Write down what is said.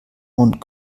und